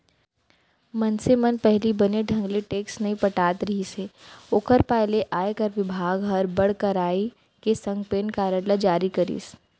मनखे मन पहिली बने ढंग ले टेक्स नइ पटात रिहिस हे ओकर पाय के आयकर बिभाग हर बड़ कड़ाई के संग पेन कारड ल जारी करिस